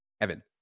Evan